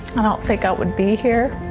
i don't think i would be here